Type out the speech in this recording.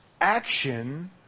action